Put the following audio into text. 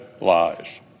lies